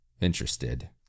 interested